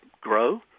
grow